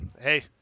Hey